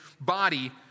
body